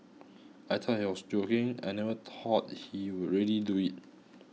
I thought he was joking I never thought he will really do it